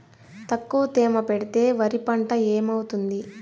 తక్కువ తేమ పెడితే వరి పంట ఏమవుతుంది